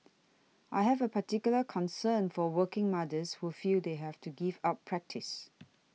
I have a particular concern for working mothers who feel they have to give up practice